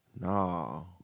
No